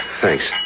Thanks